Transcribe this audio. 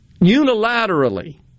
Unilaterally